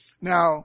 Now